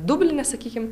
dubline sakykim